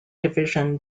division